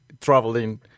traveling